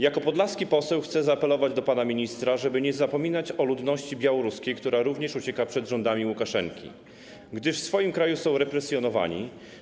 Jako podlaski poseł chcę jednak zaapelować do pana ministra, żeby nie zapominać o ludności białoruskiej, która również ucieka przed rządami Łukaszenki, gdyż w swoim kraju te osoby są represjonowane.